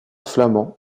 flamand